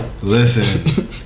Listen